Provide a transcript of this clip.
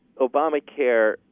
Obamacare